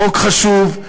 חוק חשוב,